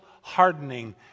hardening